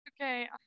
Okay